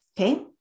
Okay